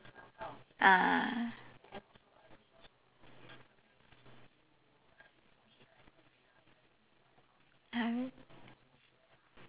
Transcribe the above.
ah